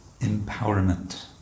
empowerment